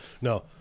no